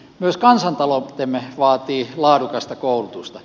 myös kansantaloutemme vaatii laadukasta koulutusta